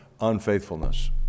unfaithfulness